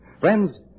Friends